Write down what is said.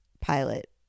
pilot